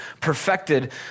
perfected